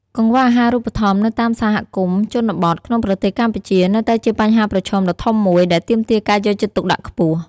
កង្វះអាហារូបត្ថម្ភនៅតាមសហគមន៍ជនបទក្នុងប្រទេសកម្ពុជានៅតែជាបញ្ហាប្រឈមដ៏ធំមួយ ដែលទាមទារការយកចិត្តទុកដាក់ខ្ពស់។